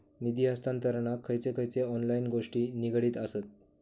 निधी हस्तांतरणाक खयचे खयचे ऑनलाइन गोष्टी निगडीत आसत?